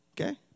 Okay